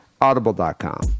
Audible.com